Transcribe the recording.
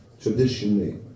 traditionally